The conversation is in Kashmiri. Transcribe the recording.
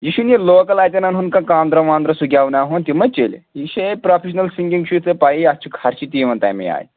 یہِ چھُنہٕ یہِ لوکَل اتٮ۪ن اَنہون کانٛہہ کاندراہ واندراہ سُہ گٮ۪وٕ ناوہون تہِ ما چَلہِ یہِ چھِ ہے پرٛوفیشنَل سِنٛگِنٛگ چھُ تۄہہِ پَیی اَتھ چھِ خرچہِ تہِ یِوان تَمے آے